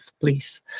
please